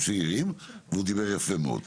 צעירים והוא דיבר יפה מאוד.